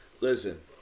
Listen